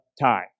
time